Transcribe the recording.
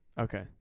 Okay